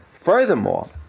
furthermore